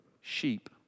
Sheep